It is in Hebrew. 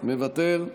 מוותר,